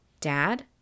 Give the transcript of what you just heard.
dad